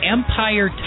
Empire